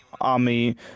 army